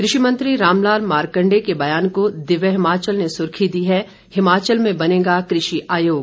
कृषि मंत्री रामलाल मार्कंडेय के बयान को दिव्य हिमाचल ने सुर्खी दी है हिमाचल में बनेगा कृषि आयोग